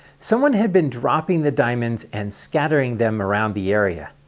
someone had been dropping the diamonds and scattered them around the area.